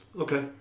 Okay